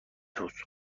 روز